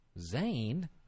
Zane